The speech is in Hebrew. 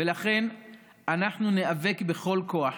ולכן אנחנו ניאבק בכל הכוח